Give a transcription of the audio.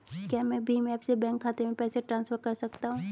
क्या मैं भीम ऐप से बैंक खाते में पैसे ट्रांसफर कर सकता हूँ?